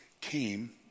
came